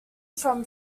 from